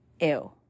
Ew